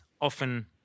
often